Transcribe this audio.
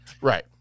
Right